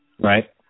Right